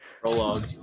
prologue